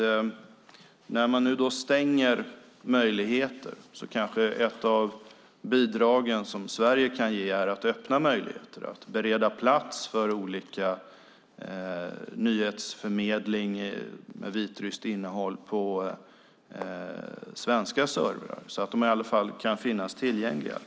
När man nu stänger möjligheter kanske ett av bidragen, som Sverige kan ge, kan vara att öppna möjligheter och bereda plats för nyhetsförmedling med vitryskt innehåll på svenska servrar, så att det i alla fall kan finnas tillgängligt.